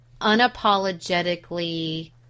unapologetically